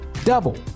Double